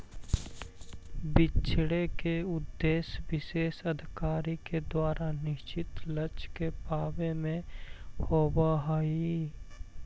बिछड़े के उद्देश्य विशेष अधिकारी के द्वारा निश्चित लक्ष्य के पावे में होवऽ हई